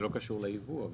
זה לא קשור לייבוא.